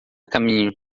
caminho